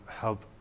help